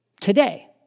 Today